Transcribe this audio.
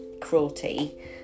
cruelty